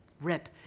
rip